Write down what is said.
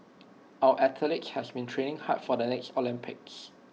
our athletes have been training hard for the next Olympics